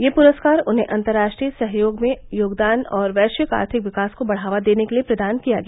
यह पुरस्कार उन्हें अंतर्राष्ट्रीय सहयोग में योगदान और वैश्विक आर्थिक विकास को बढ़ावा देने के लिए प्रदान किया गया